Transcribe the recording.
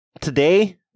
today